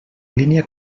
línia